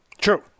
True